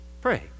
pray